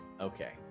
Okay